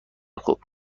خوب